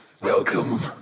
welcome